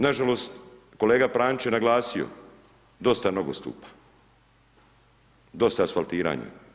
Nažalost kolega Pranić je naglasio, dosta nogostup, dosta asfaltiranja.